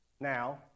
now